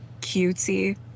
cutesy